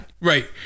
Right